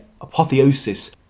apotheosis